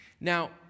now